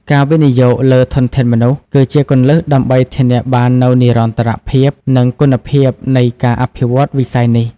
ការវិនិយោគលើធនធានមនុស្ស គឺជាគន្លឹះដើម្បីធានាបាននូវនិរន្តរភាព និងគុណភាពនៃការអភិវឌ្ឍវិស័យនេះ។